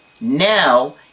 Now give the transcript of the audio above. Now